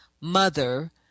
mother